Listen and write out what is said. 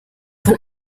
von